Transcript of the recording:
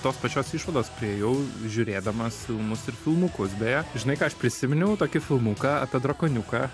tos pačios išvados priėjau žiūrėdamas filmus ir filmukus beje žinai ką aš prisiminiau tokį filmuką apie drakoniuką